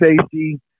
Safety